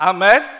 Amen